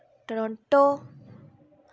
Toronto